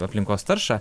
aplinkos taršą